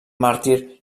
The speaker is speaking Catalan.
màrtir